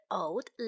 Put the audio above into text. old